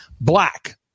Black